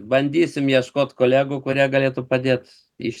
bandysim ieškoti kolegų kurie galėtų padėt iš